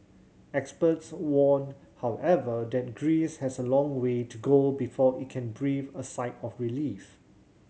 experts warn however that Greece has a long way to go before it can breathe a sigh of relief